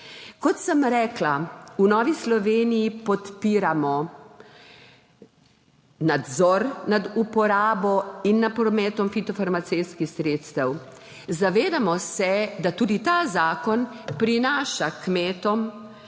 Kot sem rekla, v Novi Sloveniji podpiramo nadzor nad uporabo in nad prometom fitofarmacevtskih sredstev. Zavedamo se, da tudi ta zakon prinaša kmetom